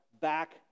back